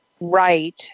right